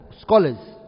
scholars